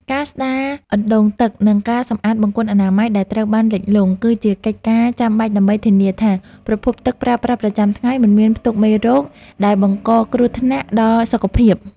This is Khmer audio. ការស្ដារអណ្ដូងទឹក និងការសម្អាតបង្គន់អនាម័យដែលត្រូវបានលិចលង់ គឺជាកិច្ចការចាំបាច់ដើម្បីធានាថាប្រភពទឹកប្រើប្រាស់ប្រចាំថ្ងៃមិនមានផ្ទុកមេរោគដែលបង្កគ្រោះថ្នាក់ដល់សុខភាព។